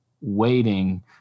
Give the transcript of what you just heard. waiting